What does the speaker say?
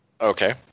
Okay